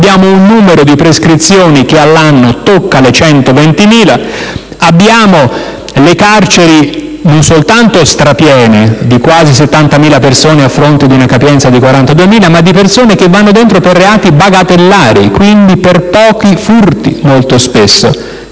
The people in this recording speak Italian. abbiamo un numero di prescrizioni che all'anno tocca le 120.000; abbiamo le carceri strapiene non soltanto di quasi 70.000 persone, a fronte di una capienza di 42.000, ma di persone che vanno dentro per reati bagattellari, quindi molto spesso